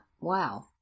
Wow